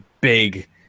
big